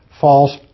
false